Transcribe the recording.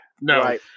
No